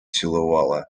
цілувала